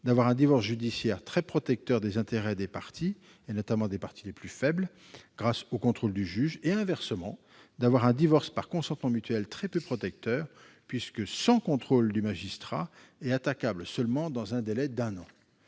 -d'avoir un divorce judiciaire très protecteur des intérêts des parties- notamment des parties les plus faibles -grâce au contrôle du juge et, inversement, d'avoir un divorce par consentement mutuel très peu protecteur, puisque sans contrôle du magistrat et attaquable seulement dans un délai d'un an